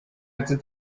ati